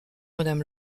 madame